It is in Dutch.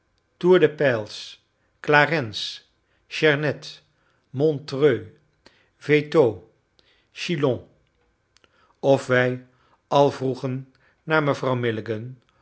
clarens chernet montreux veyteaux chillons of wij al vroegen naar mevrouw